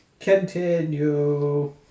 Continue